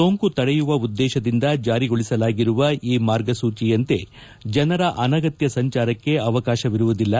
ಸೋಂಕು ತಡೆಯುವ ಉದ್ದೇಶದಿಂದ ಜಾರಿಗೊಳಿಸಲಾಗಿರುವ ಈ ಮಾರ್ಗಸೂಜಿಯಂತೆ ಜನರ ಅನಗತ್ಯ ಸಂಚಾರಕ್ಕೆ ಅವಕಾಶವಿರುವುದಿಲ್ಲ